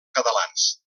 catalans